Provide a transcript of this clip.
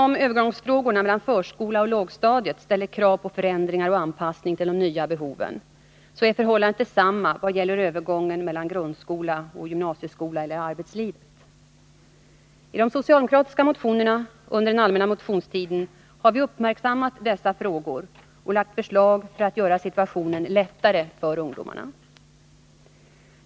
Övergången mellan förskola och lågstadium ställer krav på förändringar och anpassning till de nya behoven och förhållandet är detsamma i vad gäller övergången mellan grundskola eller gymnasieskola eller arbetsliv. I de socialdemokratiska motioner som skrivits under den allmänna motionstiden har vi uppmärksammat dessa frågor och lagt fram förslag för att göra situationen lättare för ungdomar.